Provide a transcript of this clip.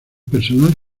personal